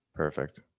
Perfect